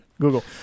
Google